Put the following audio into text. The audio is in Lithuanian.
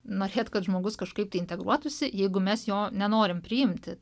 norėt kad žmogus kažkaip integruotųsi jeigu mes jo nenorim priimti